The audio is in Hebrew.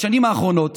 בשנים האחרונות